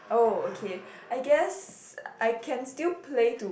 oh okay I guess I can still play to